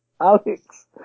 Alex